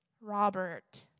Robert